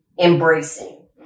embracing